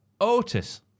Otis